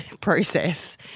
process